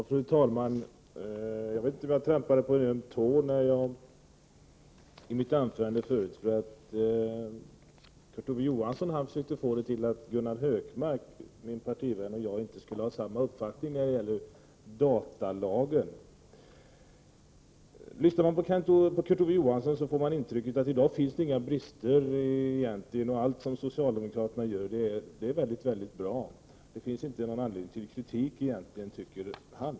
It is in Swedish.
Fru talman! Jag vet inte om jag trampade på en öm tå i mitt tidigare 26 april 1989 anförande. Kurt Ove Johansson hävdade att min partivän Gunnar Hökmark och jag inte skulle ha samma uppfattning när det gäller datalagen. Lyssnar man på Kurt Ove Johansson får man intrycket att det i dag inte finns några brister. Allt som socialdemokraterna gör är mycket bra. Kurt Ove Johansson tycker inte att det finns någon anledning till kritik.